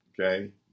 Okay